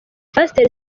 pasiteri